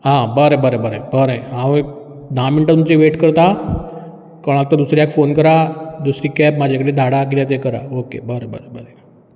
आं बरें बरें बरें बरें हांव एक धा मिनटां तुमची वेट करतां कोणाक तो दुसऱ्याक फोन करात दुसरी कॅब म्हाजे कडेन धाडात कितें तें करात ओके बरें बरें बरें